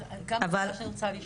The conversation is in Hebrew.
זה גם משהו שאני רוצה לשאול.